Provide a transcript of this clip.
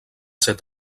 set